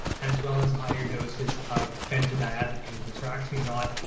as well as higher doses of benzodiazepines, which are actually not